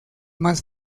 más